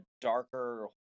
darker